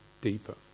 deeper